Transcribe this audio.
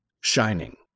shining